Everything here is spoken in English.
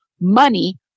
money